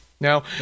now